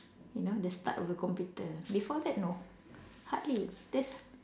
you know the start of the computer before that no hardly there's